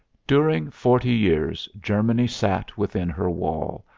during forty years germany sat within her wall,